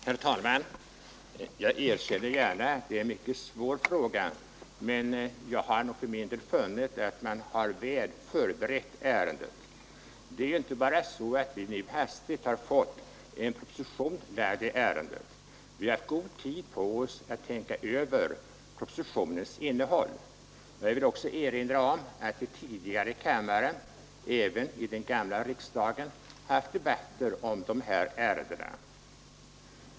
Herr talman! Jag erkänner gärna att detta är en mycket svår fråga. Men jag har för min del funnit att man väl förberett ärendet. Det är inte bara så att vi nu hastigt har fått en proposition framlagd i ärendet. Vi har haft god tid på oss att tänka över propositionens innehåll. Jag vill också erinra om att vi tidigare i kammaren, även i den gamla riksdagen, haft debatter i dessa frågor.